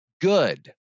good